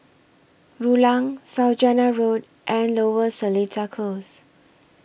Rulang Saujana Road and Lower Seletar Close